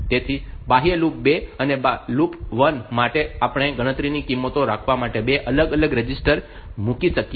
તેથી બાહ્ય લૂપ 2 અને લૂપ 1 માટે આપણે ગણતરીની કિંમતો રાખવા માટે 2 અલગ અલગ રજિસ્ટર મૂકી શકીએ છીએ